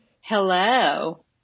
Hello